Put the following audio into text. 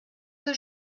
que